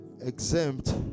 exempt